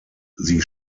sie